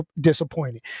disappointed